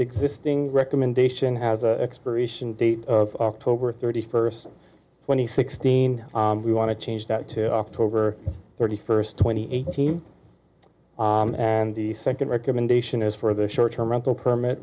existing recommendation has a parisian date of october thirty first twenty sixteen we want to change that to october thirty first twenty eighteen and the second recommendation is for the short term rental permit